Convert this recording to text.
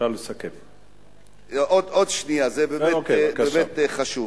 עוד שנייה, זה באמת חשוב.